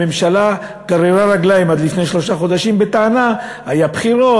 הממשלה גררה רגליים עד לפני שלושה חודשים בטענה: היו בחירות,